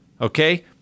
Okay